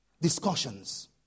Discussions